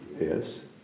Yes